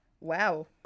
Wow